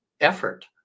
effort